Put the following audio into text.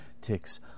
ticks